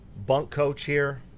bunk coach here.